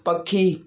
पखी